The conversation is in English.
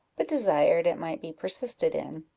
but desired it might be persisted in,